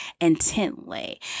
intently